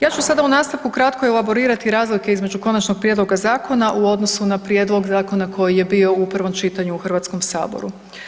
Ja ću sada u nastavku kratko elaborirati razlike između konačnog prijedloga zakona u odnosu na prijedlog zakona koji je bio u prvom čitanju u HS-u.